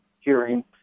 hearing